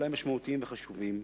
אולי משמעותיים וחשובים,